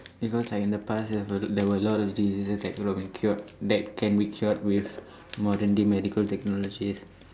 because like in the past there have a there were a lot of diseases that could've been cured that can be cured with modern day medical technologies